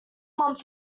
month